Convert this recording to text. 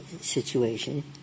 situation